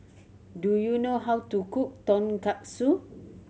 do you know how to cook Tonkatsu